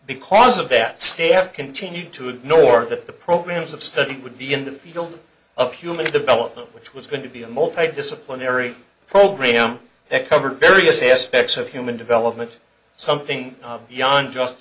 because of that staff continued to ignore that the programs of study would be in the field of human development which was going to be a multi disciplinary program that covered various aspects of human development something yun just